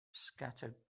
scattered